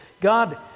God